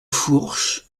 fourche